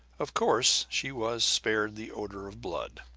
of course she was spared the odor of blood.